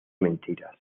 mentiras